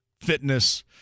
Fitness